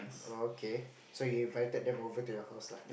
oh okay so you invited them over to your house lah